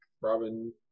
Robin